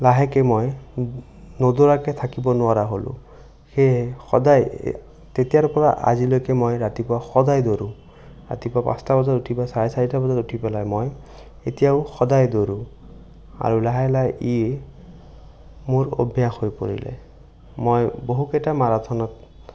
লাহেকৈ মই নদৌৰাকৈ থাকিব নোৱাৰা হ'লোঁ সেয়ে সদায় তেতিয়াৰ পৰা আজিলৈকে মই ৰাতিপুৱা সদায় দৌৰোঁ ৰাতিপুৱা পাঁচটা বজাত উঠি চাৰে চাৰিটা বজাত উঠি পেলাই মই এতিয়াও সদায় দৌৰোঁ আৰু লাহে লাহে ই মোৰ অভ্যাস হৈ পৰিলে মই বহুকেইটা মাৰাথনত